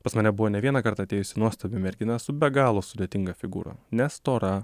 pas mane buvo ne vieną kartą atėjusi nuostabi mergina su be galo sudėtinga figūra ne stora